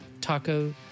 taco